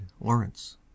Lawrence